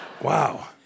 Wow